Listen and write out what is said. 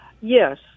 Yes